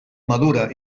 madura